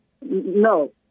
No